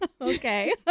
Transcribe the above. Okay